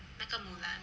那个 mulan